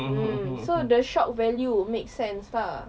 mm so the shock vaue makes sense lah